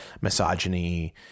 misogyny